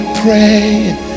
praying